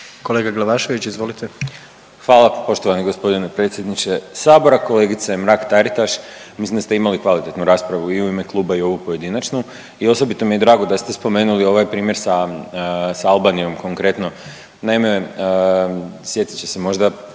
Bojan (Nezavisni)** Hvala poštovani gospodine predsjedniče Sabora. Kolegice Mrak Taritaš mislim da ste imali kvalitetnu raspravu i u ime Kluba i ovu pojedinačnu i osobito mi je drago da ste spomenuli ovaj primjer sa Albanijom konkretno. Naime, sjetit će se možda